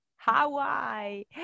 hawaii